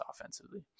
offensively